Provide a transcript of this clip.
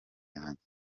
yanjye